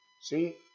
See